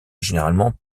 généralement